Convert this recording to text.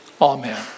Amen